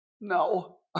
No